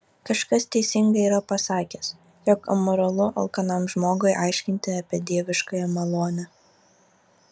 kažkas teisingai yra pasakęs jog amoralu alkanam žmogui aiškinti apie dieviškąją malonę